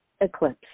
Eclipse